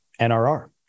NRR